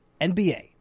NBA